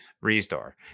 Restore